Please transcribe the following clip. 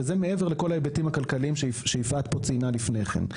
וזה מעבר לכל ההיבטים הכלכליים שיפעת ציינה פה לפני כן.